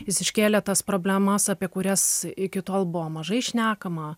jis iškėlė tas problemas apie kurias iki tol buvo mažai šnekama